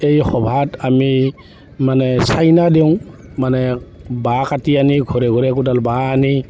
এই সভাত আমি মানে চাইনা দিওঁ মানে বাঁহ কাটি আনি ঘৰে ঘৰে একোডাল বাঁহ আনি